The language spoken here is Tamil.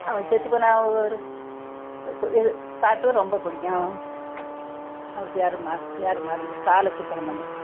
அவன் செத்து போனவர் இப்போ இப்போ இது பாட்டும் ரொம்ப பிடிக்கும் அவர் பேர் மறந் பேர் மறந்து பாலசுப்பிரமணியம்